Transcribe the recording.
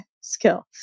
skill